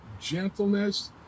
gentleness